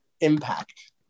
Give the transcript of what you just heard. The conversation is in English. impact